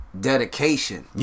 dedication